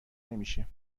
نمیشه